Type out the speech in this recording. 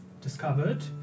discovered